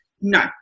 No